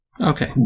Okay